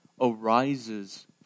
arises